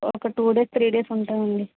ఒక two days three days ఉంటామండి